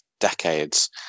Decades